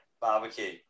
barbecue